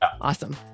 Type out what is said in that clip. Awesome